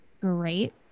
great